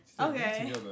Okay